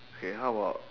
okay how about